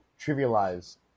trivialize